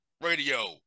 radio